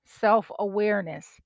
self-awareness